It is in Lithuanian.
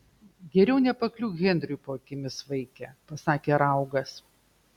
geriau nepakliūk henriui po akimis vaike pasakė raugas